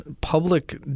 public